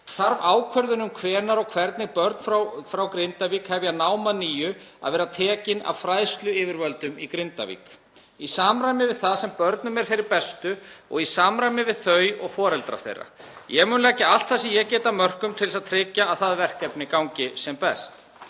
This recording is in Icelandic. þarf ákvörðun um hvenær og hvernig börn frá Grindavík hefja nám að nýju að vera tekin af fræðsluyfirvöldum í Grindavík í samræmi við það sem börnum er fyrir bestu og í samræmi við þau og foreldra þeirra. Ég mun leggja allt sem ég get af mörkum til að tryggja að það verkefni gangi sem best.